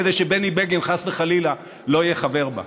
כדי שבני בגין חס וחלילה לא יהיה חבר בה.